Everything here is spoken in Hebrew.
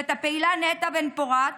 ואת הפעילה נטע בן פורת,